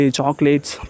chocolates